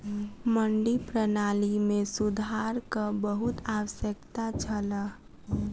मंडी प्रणाली मे सुधारक बहुत आवश्यकता छल